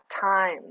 time